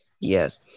Yes